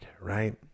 right